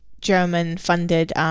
German-funded